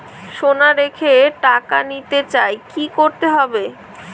সোনা রেখে টাকা নিতে চাই কি করতে হবে?